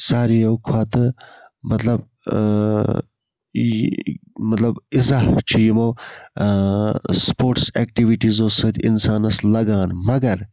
ساروٕیو کھۄتہٕ مَطلَب اِزاہ چھِ یِمو سپوٹس ایٚکٹِوِٹیٖزو سۭتۍ اِنسانَس لَگان مگر